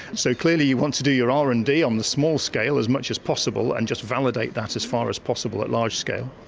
so clearly you want to do your r and d on the small-scale as much as possible and just validate that as far as possible at large-scale.